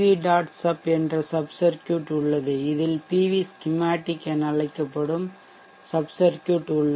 sub என்ற sub circuit உள்ளது அதில் PV Schematic என அழைக்கப்படும் sub சர்க்யூட் உள்ளது